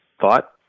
thought